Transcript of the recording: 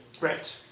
Right